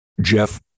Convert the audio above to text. Jeff